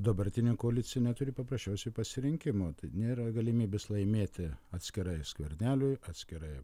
dabartinė koalicija neturi paprasčiausiai pasirinkimo tai nėra galimybės laimėti atskirai skverneliui atskirai